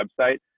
website